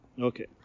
okay